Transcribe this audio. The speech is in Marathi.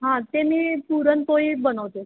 हां ते मी पुरणपोळी बनवते